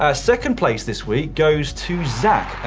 ah second place this week goes to zack.